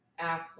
Affleck